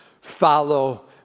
follow